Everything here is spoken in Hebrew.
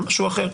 זה משהו אחר.